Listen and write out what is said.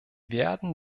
werden